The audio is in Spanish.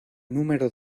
número